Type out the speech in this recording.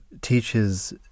teaches